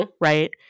Right